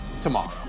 tomorrow